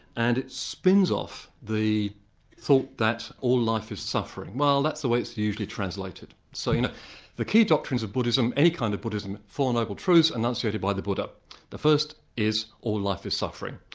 and it spins off the thought that all life is suffering, well that's the way it's usually translated. so you know the key doctrines of buddhism, any kind of buddhism, four noble truths enunciated by the buddha. the first is all life is suffering.